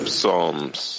Psalms